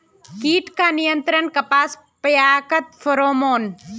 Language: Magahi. कीट का नियंत्रण कपास पयाकत फेरोमोन?